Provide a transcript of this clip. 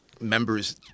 members